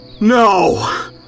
No